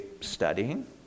studying